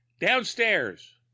downstairs